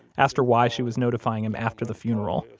asked her why she was notifying him after the funeral.